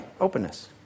openness